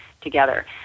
together